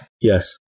Yes